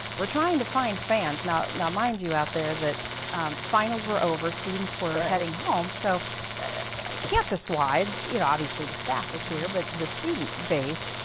we're trying to find fans. now, mind you out there that finals were over, students were heading home, so campus wide, you know, obviously the staff was here, but the student base,